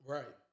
Right